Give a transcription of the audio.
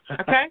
okay